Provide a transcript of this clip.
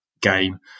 game